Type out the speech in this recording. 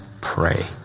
pray